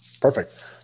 Perfect